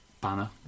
banner